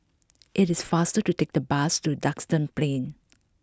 it is faster to take the bus to Duxton Plain